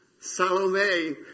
salome